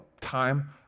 time